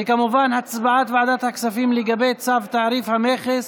וכמובן הצעת ועדת הכספים לגבי צו תעריף המכס